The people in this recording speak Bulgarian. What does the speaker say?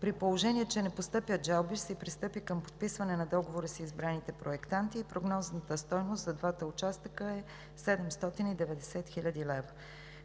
При положение че не постъпят жалби, ще се пристъпи към подписване на договори с избраните проектанти и прогнозната стойност за двата участъка е 790 хил. лв.